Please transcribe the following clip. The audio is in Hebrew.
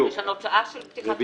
לשנות שעה של פתיחת ישיבה.